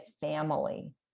family